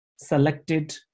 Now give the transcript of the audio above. selected